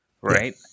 right